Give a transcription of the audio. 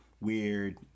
weird